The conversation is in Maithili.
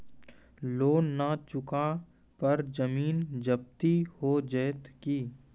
लोन न चुका पर जमीन जब्ती हो जैत की?